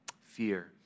fear